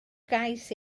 gais